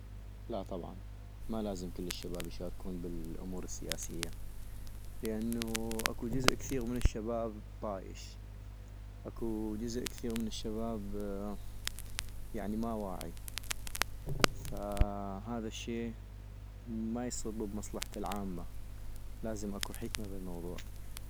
لا طبعا ما لازم كل الشباب يشاركون بالامور السياسية -لانو اكو جزء كبيغ من الشباب طايش - اكو جزء كثيغ من الشباب هم يعني ما واعي - فهذا الشي ما يصب بمصاحبة العامة, لازم اكو حكمة بالموضوع